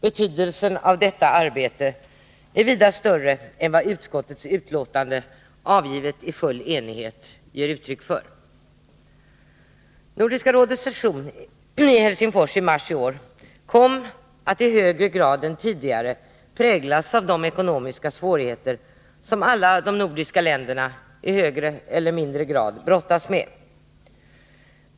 Betydelsen av detta arbete är vida större än vad utskottets betänkande, avgivet i full enighet, ger uttryck för. Nordiska rådets session i Helsingfors i mars i år kom att i högre grad än tidigare präglas av de ekonomiska svårigheter som alla de nordiska länderna i större eller mindre grad brottas med.